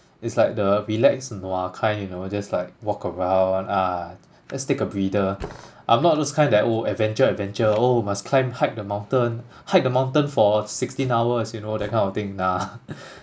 it's like the relax nua kind you know just like walk around ah just take a breather I'm not those kind that oh adventure adventure oh must climb hike the mountain hike the mountain for sixteen hours you know that kind of thing nah